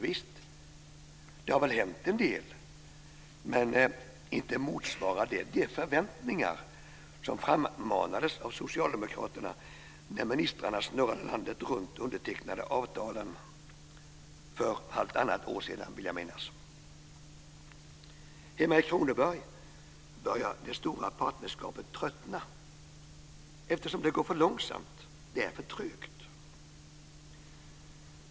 Visst har det väl hänt en del, men det motsvarar inte de förväntningar som frammanades av socialdemokraterna när ministrarna snurrade landet runt och undertecknade avtalen för halvtannat år sedan, vill jag minnas. Hemma i Kronoberg börjar det stora partnerskapet tröttna, eftersom det går för långsamt; det är för trögt.